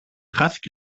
χάθηκε